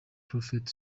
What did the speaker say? prophet